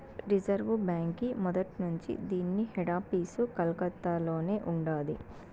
reserve బాంకీ మొదట్నుంచీ దీన్ని హెడాపీసు కలకత్తలోనే ఉండాది